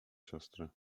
siostrę